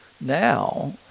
now